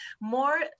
more